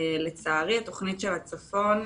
לצערי, התוכנית של הצפון,